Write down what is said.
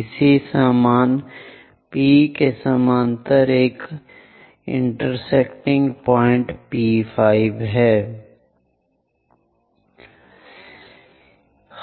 इसी तरह 5 के समानांतर यह इस बिंदु P5 पर इंटरसेक्टिंग है 6 के लिए फिर से यह इस बिंदु से गुजरता है